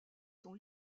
sont